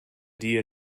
dna